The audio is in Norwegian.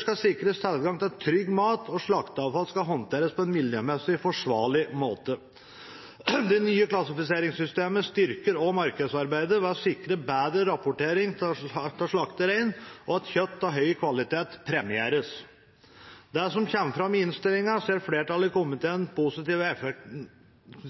skal sikres tilgang til trygg mat, og slakteavfall skal håndteres på en miljømessig forsvarlig måte. Det nye klassifiseringssystemet styrker også markedsarbeidet ved å sikre bedre rapportering av slaktet rein og at kjøtt av høy kvalitet premieres. Det kommer fram i innstillingen at flertallet i komiteen